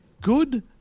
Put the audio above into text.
good